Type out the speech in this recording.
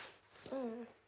mm